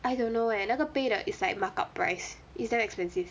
I don't know eh 那个杯的 is like markup price is damn expensive